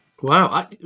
Wow